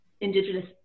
indigenous